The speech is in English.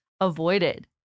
avoided